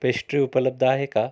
pastry उपलब्ध आहे का